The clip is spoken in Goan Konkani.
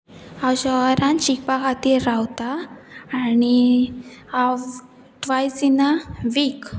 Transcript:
हांव शहरांत शिकपा खातीर रावता आनी हांव ट्वायस इन अ वीक